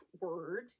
word